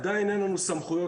עדיין אין לנו סמכויות,